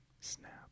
snap